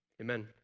amen